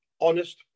honest